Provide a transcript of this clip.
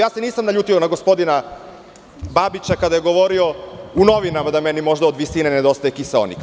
Ja se nisam naljutio na gospodina Babića kada je po novinama govorio da meni možda od visine nedostaje kiseonik.